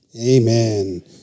Amen